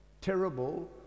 terrible